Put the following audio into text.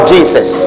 Jesus